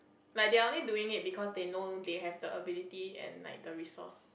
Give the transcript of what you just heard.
like they're only doing it because they know they have the ability and like the resource